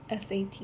SAT